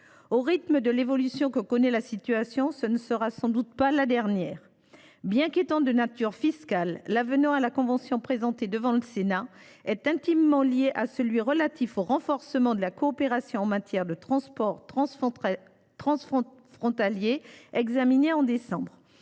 Au rythme de l’évolution que connaît la situation, ce ne sera sans doute pas la dernière. « Bien qu’étant de nature fiscale, l’avenant à la convention présentée devant le Sénat est intimement lié à celui sur le renforcement de la coopération en matière de transports transfrontaliers, examiné au mois